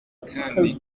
kandi